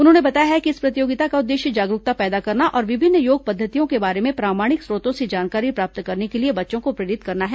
उन्होंने बताया कि इस प्रतियोगिता का उद्देश्य जागरूकता पैदा करना और विभिन्न योग पद्धतियों के बारे में प्रामाणिक स्रोतों से जानकारी प्राप्त करने के लिए बच्चों को प्रेरित करना है